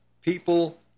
people